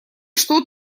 что